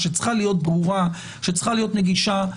ברורה ונגישה?